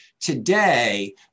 Today